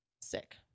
Sick